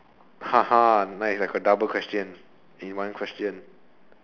mine is a double question in one question